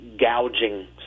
gouging